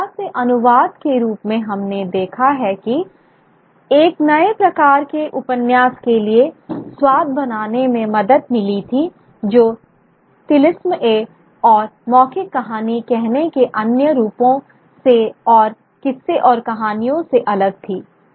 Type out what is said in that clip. बंगला से अनुवाद के रूप में हमने देखा है कि एक नए प्रकार के उपन्यास के लिए स्वाद बनाने में मदद मिली थी जो तिलिस्म ए और मौखिक कहानी कहने के अन्य रूपों से और किस्से और कहानियों से अलग थी